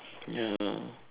ya